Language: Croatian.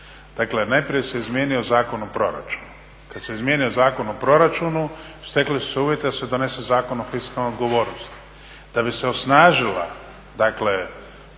Dakle, najprije se izmijenio Zakon o proračunu, kad se izmijenio Zakon o proračunu stekli su se uvjeti da se donese Zakon o fiskalnoj odgovornosti. Da bi se osnažila dakle